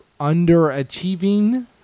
underachieving